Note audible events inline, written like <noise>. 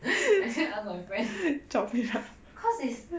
<breath> I need to ask my friend